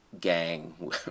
Gang